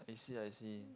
I see I see